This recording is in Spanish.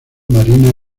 marina